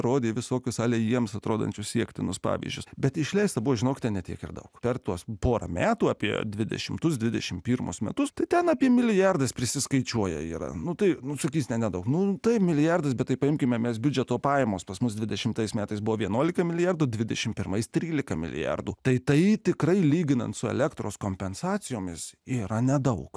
rodė visokius salę jiems atrodančius siektinus pavyzdžius bet išleista buvo žinokite ne tiek ir daug per tuos porą metų apie dvidešimtus dvidešim pirmus metus ten apie milijardas prisiskaičiuoja yra nu tai nustatys ne nedaug mums tai milijardus bet tai paimkime mes biudžeto pajamos pas mus dvidešimtais metais buvo vienuolika milijardų dvidešim pirmais trylika milijardų tai tai tikrai lyginant su elektros kompensacijomis yra nedaug